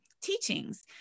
teachings